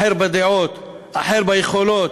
אחר בדעות, אחר ביכולות,